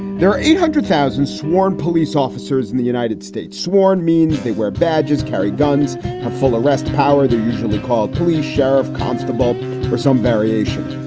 there are eight hundred thousand sworn police officers in the united states sworn means they wear badges, carry guns and full arrest power. they usually call police sheriff constable or some variation.